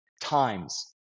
times